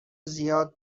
زیاد